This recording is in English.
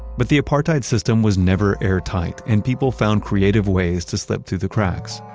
but the apartheid system was never air tight and people found creative ways to slip through the cracks.